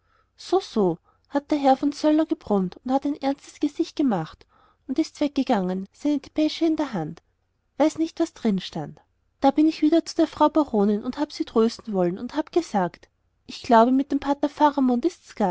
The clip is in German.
so so hat der herr von söller gebrummt und hat ein sehr ernstes gesicht gemacht und ist weggegangen seine depesche in der hand weiß nicht was drin stand da bin ich wieder zu der frau baronin und habe sie trösten wollen und habe gesagt ich glaube mit dem pater faramund ist's